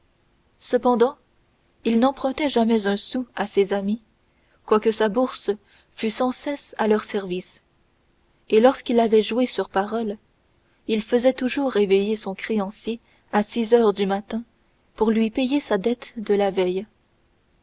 cependant il n'empruntait jamais un sou à ses amis quoique sa bourse fût sans cesse à leur service et lorsqu'il avait joué sur parole il faisait toujours réveiller son créancier à six heures du matin pour lui payer sa dette de la veille